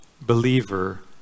believer